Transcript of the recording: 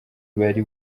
bari